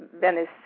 Venice